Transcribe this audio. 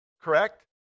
Correct